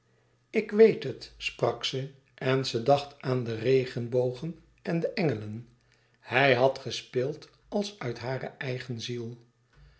ik weet het sprak ze en ze dacht aan de regenbogen en de engelen hij had gespeeld als uit hare eigen ziel